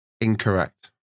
incorrect